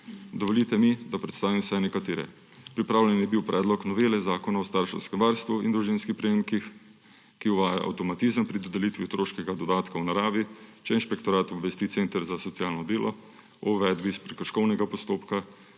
Dovolite mi, da predstavim vsaj nekatere. Pripravljen je bil predlog novele Zakona o starševskem varstvu in družinskih prejemkih, ki uvaja avtomatizem pri dodelitvi otroškega dodatka v naravi, če inšpektorat obvesti center za socialno delo o uvedbi prekrškovnega postopka